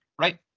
right